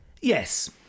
yes